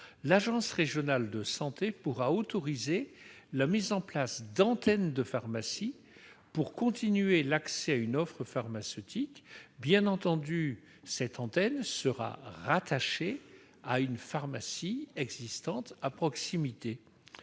l'agence régionale de santé pourra autoriser la mise en place d'une antenne de pharmacie pour perpétuer l'accès à une offre pharmaceutique. Bien entendu, cette antenne sera rattachée à une pharmacie existante à proximité.